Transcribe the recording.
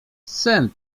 sen